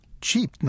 cheap